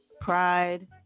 pride